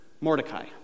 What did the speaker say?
Mordecai